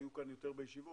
היו כאן יותר בישיבות,